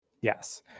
yes